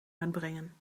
uitbrengen